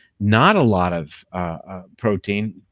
not a lot of protein.